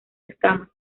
escamas